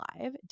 live